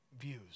views